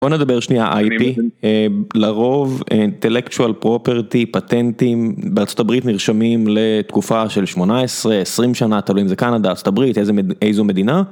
בוא נדבר שנייה IP, לרוב אינטלקטואל פרופרטי- פטנטים בארה״ב, נרשמים לתקופה של 18-20 שנה, תלוי אם זה קנדה, ארה״ב- איזה מדינה.